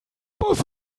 was